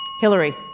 Hillary